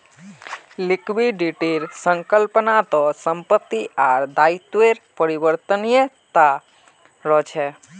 लिक्विडिटीर संकल्पना त संपत्ति आर दायित्वेर परिवर्तनीयता रहछे